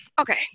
okay